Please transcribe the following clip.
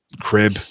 Crib